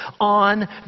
on